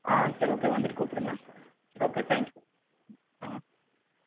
சரி ஓகே வந்துவிட்டு கூப்பிடுங்கள் ஓகே தேங்க்ஸ்